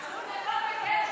בגזל.